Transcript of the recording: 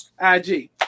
IG